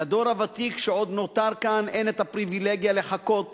לדור הוותיק שעוד נותר כאן אין את הפריווילגיה לחכות